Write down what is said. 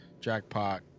Jackpot